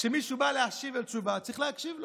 כשמישהו בא להשיב על תשובה, צריך להקשיב לו.